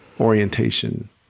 orientation